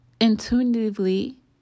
intuitively